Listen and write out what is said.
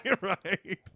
Right